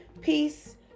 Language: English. peace